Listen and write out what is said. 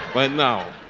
by now,